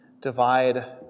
divide